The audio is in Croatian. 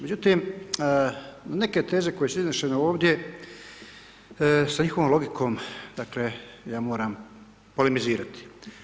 Međutim, neke teze koje su iznošene ovdje sa njihovom logikom dakle ja moram polemizirati.